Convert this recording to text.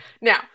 Now